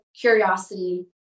curiosity